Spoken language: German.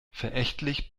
verächtlich